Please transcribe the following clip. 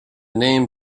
name